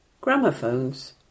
gramophones